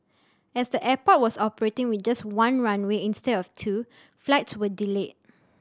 as the airport was operating with just one runway instead of two flights were delayed